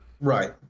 right